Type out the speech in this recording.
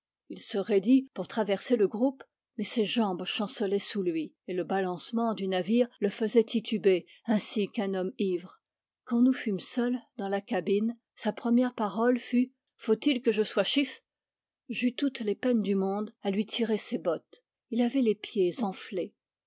il se raidit pour traverser le groupe mais ses jambes chancelaient sous lui et le balancement du navire le faisait tituber ainsi qu'un homme ivre quand nous fûmes seuls dans la cabine sa première parole fut faut-il que je sois chiffe j'eus toutes les peines du monde à lui tirer ses bottes il avait les pieds enflés